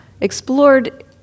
explored